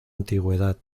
antigüedad